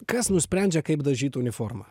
kas nusprendžia kaip dažyt uniformą